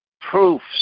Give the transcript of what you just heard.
proofs